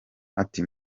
ati